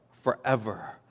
forever